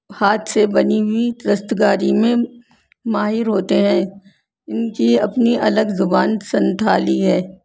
ہاتھ سے بنی ہوئی دستکاری میں ماہر ہوتے ہیں ان کی اپنی الگ زبان سنتھالی ہے